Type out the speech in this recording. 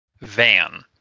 Van